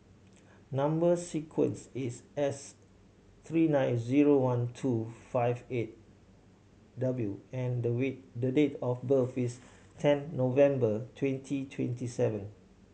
number sequence is S three nine zero one two five eight W and the way the date of birth is ten November twenty twenty seven